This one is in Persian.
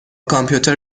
کامپیوتر